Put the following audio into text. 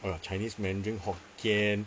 uh chinese mandarin hokkien